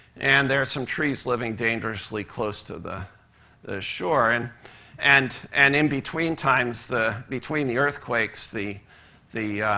and there are some trees living dangerously close to the the shore. and and and in between times, the between the earthquakes, the the